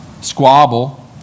squabble